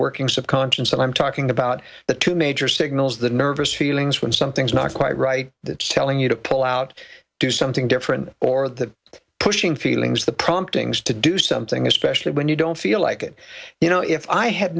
and i'm talking about the two major signals the nervous feelings when something's not quite right that it's telling you to pull out do something different or that pushing feelings the promptings to do something especially when you don't feel like it you know if i had